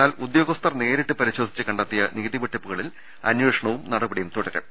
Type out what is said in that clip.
എന്നാൽ ഉദ്യോഗസ്ഥർ നേരിട്ട് പരിശോധിച്ച് കണ്ടെത്തിയ നികുതി വെട്ടിപ്പുകളിൽ അന്വേഷ ണവും നടപടിയും തുടരും